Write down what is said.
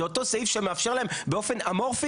זה אותו סעיף שמאפשר להם באופן אמורפי